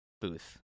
booth